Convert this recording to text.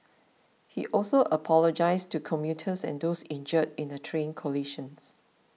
he also apologised to commuters and those injured in the train collisions